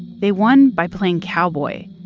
they won by playing cowboy,